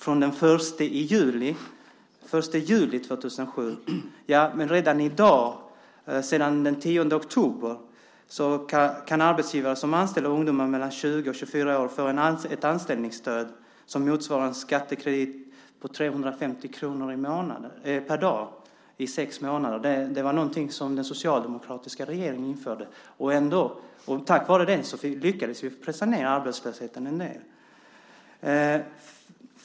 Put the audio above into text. Redan i dag, sedan den 10 oktober, kan en arbetsgivare som anställer ungdomar mellan 20 och 24 år få ett anställningsstöd som motsvarar en skattekredit på 350 kronor per dag i sex månader. Det var någonting som den socialdemokratiska regeringen införde. Tack vare den lyckades vi pressa ned arbetslösheten ännu mer.